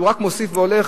שהוא רק מוסיף והולך,